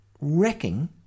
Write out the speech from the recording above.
wrecking